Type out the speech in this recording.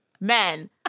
men